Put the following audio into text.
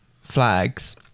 flags